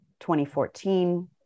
2014